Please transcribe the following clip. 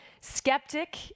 Skeptic